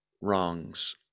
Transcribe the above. wrongs